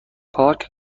پارک